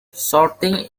sorting